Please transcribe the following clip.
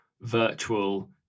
virtual